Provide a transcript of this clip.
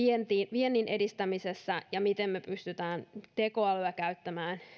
viennin edistämisessä ja miten me pystymme teko älyä käyttämään